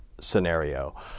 scenario